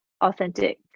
authentic